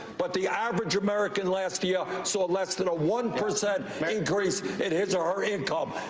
but the average american last year sought less than a one percent increase in his or her income.